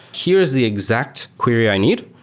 here is the exact query i need.